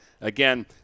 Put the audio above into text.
again